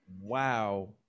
wow